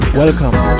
Welcome